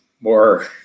more